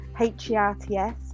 h-e-r-t-s